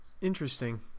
Interesting